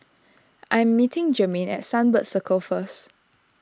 I am meeting Jermaine at Sunbird Circle first